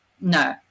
no